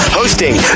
hosting